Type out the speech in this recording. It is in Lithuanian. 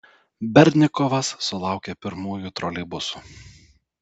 berdnikovas sulaukė pirmųjų troleibusų